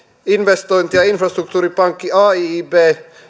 investointi ja infrastruktuuripankki aiib